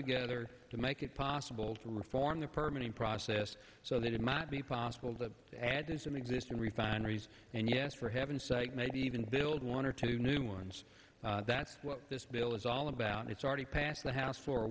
together to make it possible to reform the permanent process so that it might be possible to add to some existing refineries and yes for heaven's sake maybe even build one or two new ones that's what this bill is all about it's already passed the house f